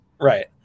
Right